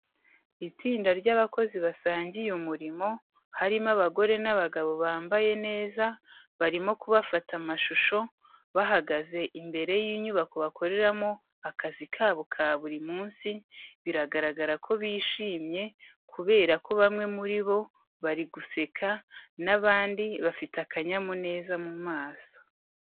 Itsinda ry'abakozi basangiye umurimo, harimo abagore n'abagabo bambaye neza barimo kubafata amashusho bahagaze imbere y'inyubako bakoreramo akazi kabo ka buri munsi, biragaragara ko bishimye, kubera ko bamwe muri bo bari guseka n' abandi bafite akanyamuneza mu maso.